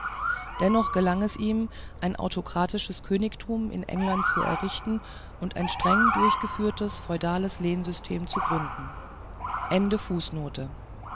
dennoch gelang es ihm ein autokratisches königtum in england zu errichten und ein streng durchgeführtes feudales lehenssystem zu begründen